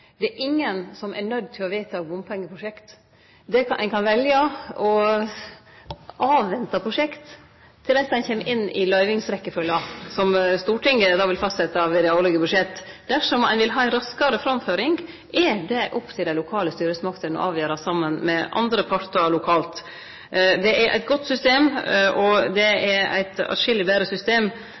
det er ingen som er nøydd til å vedta eit bompengeprosjekt. Ein kan velje å avvente prosjekt til ein kjem inn i løyvingsrekkjefølgja som Stortinget fastset ved dei årlege budsjetta. Dersom ein vil ha ei raskare framføring, er det opp til dei lokale styresmaktene å avgjere, saman med andre partar lokalt. Det er eit godt system, og det er eit atskilleg betre system